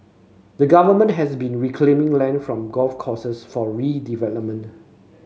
the Government has been reclaiming land from golf courses for redevelopment